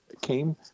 came